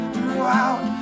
Throughout